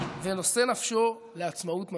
ונושא נפשו לעצמאות ממלכתית".